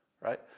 right